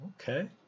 okay